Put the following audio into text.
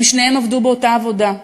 שניהם עבדו באותה עבודה,